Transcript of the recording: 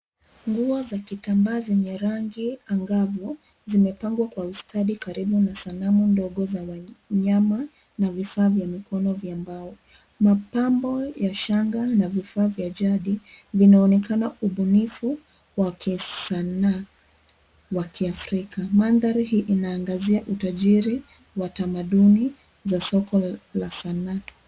Nguo za kitambaa zenye rangi angavu zimepangwa kwa ustadi karibu na sanamu ndogo za wanyama na vifaa vya mikono vya mbao. Mapambo ya shanga na vifaa vya jadi vinaonekana ubunifu wa kisanaa wa kiafrika. Mandhari hii inaangazia utajiri wa tamaduni za soko la sanaa.